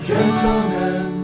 gentlemen